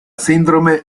sindrome